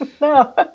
No